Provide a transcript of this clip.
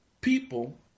people